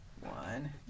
One